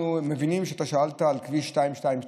אנחנו מבינים שאתה שאלת על כביש 229,